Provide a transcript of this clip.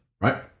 right